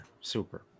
super